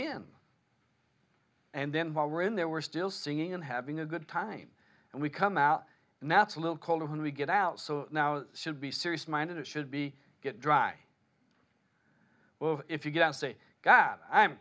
in and then while we're in there we're still singing and having a good time and we come out and that's a little cold when we get out so now should be serious minded it should be get dry if you don't say god i'm